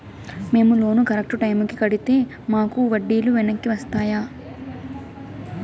మేము loan correct టైముకి కట్టితే మాకు వడ్డీ లు వెనక్కి వస్తాయా?